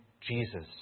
Jesus